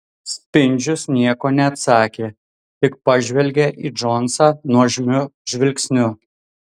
spindžius nieko neatsakė tik pažvelgė į džonsą nuožmiu žvilgsniu